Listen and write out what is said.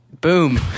Boom